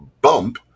bump